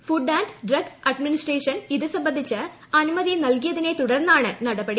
food and drug administration ഇത് സംബന്ധിച്ച് അനുമതി നൽകിയതിനെ തുടർന്നാണ് നടപടി